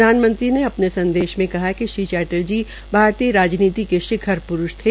प्रधानमंत्री ने अपने संदश में कहा कि श्री चैटर्जी भारतीय राजनीतिक के शिखर प्रूष थे